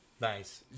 Nice